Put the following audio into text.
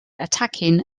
attacking